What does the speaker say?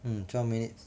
mm twelve minutes